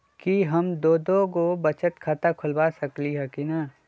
कि हम दो दो गो बचत खाता खोलबा सकली ह की न?